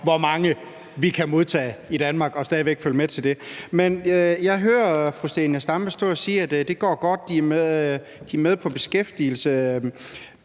hvor mange vi kan modtage i Danmark og stadig væk følge med til det. Men jeg hører fru Zenia Stampe stå og sige, at det går godt; de er med på beskæftigelse.